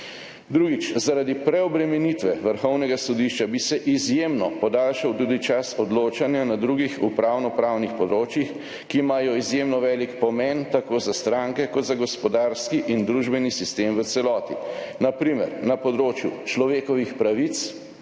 Drugič, zaradi preobremenitve Vrhovnega sodišča bi se izjemno podaljšal tudi čas odločanja na drugih upravnopravnih področjih, ki imajo izjemno velik pomen tako za stranke kot za gospodarski in družbeni sistem v celoti, na primer na področju človekovih pravic,